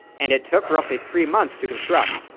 and it took roughly three months to construct.